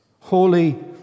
holy